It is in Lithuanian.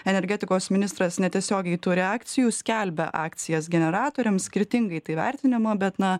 energetikos ministras netiesiogiai turi akcijų skelbia akcijas generatoriams skirtingai tai vertinama bet na